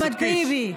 אחמד טיבי,